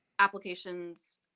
Applications